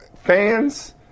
fans